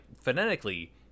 phonetically